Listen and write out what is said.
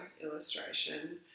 illustration